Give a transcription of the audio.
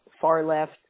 far-left